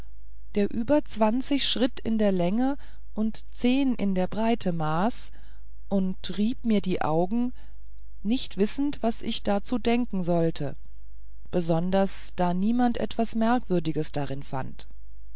der über zwanzig schritte in der länge und zehn in der breite maß und rieb mir die augen nicht wissend was ich dazu denken sollte besonders da niemand etwas merkwürdiges darin fand